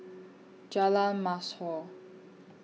Jalan Mashhor